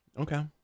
Okay